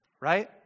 right